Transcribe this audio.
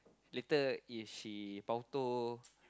later if she bao toh